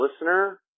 listener